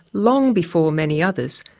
long before many others,